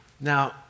Now